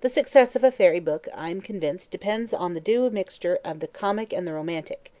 the success of a fairy book, i am convinced, depends on the due admixture of the comic and the romantic